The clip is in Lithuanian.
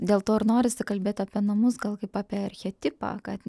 dėl to ir norisi kalbėti apie namus gal kaip apie archetipą kad